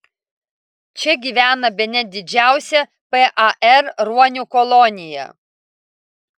čia gyvena bene didžiausia par ruonių kolonija